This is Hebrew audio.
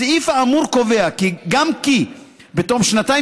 הסעיף האמור קובע גם כי בתום שנתיים